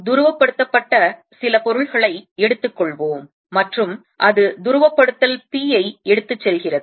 எனவே துருவப்படுத்தப்பட்ட சில பொருள்களை எடுத்துக் கொள்வோம் மற்றும் அது துருவப்படுத்தல் p ஐ எடுத்துச் செல்கிறது